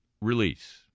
release